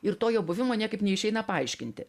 ir to jo buvimo niekaip neišeina paaiškinti